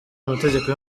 amategeko